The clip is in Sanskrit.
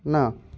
न